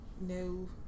No